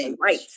Right